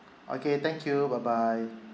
okay thank you bye bye